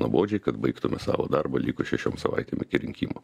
nuobodžiai kad baigtume savo darbą likus šešiom savaitėm iki rinkimų